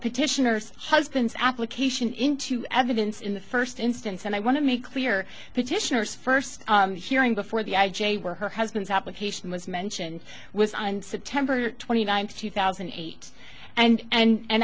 petitioners husband's application into evidence in the first instance and i want to make clear petitioner's first hearing before the i j a were her husband's application was mentioned was on september twenty ninth two thousand and eight and a